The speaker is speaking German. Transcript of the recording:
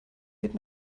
geht